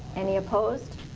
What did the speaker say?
any opposed?